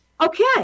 Okay